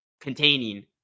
containing